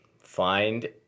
Find